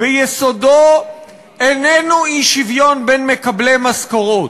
ביסודו איננו אי-שוויון בין מקבלי משכורות.